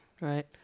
right